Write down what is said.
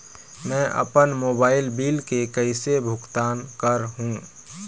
मैं अपन mobile bill के कैसे भुगतान कर हूं?